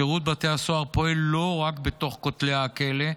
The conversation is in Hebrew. שירות בתי הסוהר פועל לא רק בתוך כותלי הכלא,